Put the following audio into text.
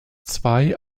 zwei